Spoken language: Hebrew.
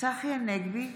צחי הנגבי,